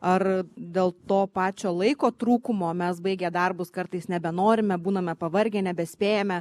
ar dėl to pačio laiko trūkumo mes baigę darbus kartais nebenorime būname pavargę nebespėjame